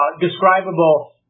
describable